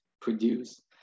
produce